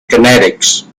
kinetics